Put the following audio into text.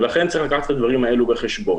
ולכן צריך לקחת את הדברים האלו בחשבון.